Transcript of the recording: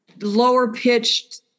lower-pitched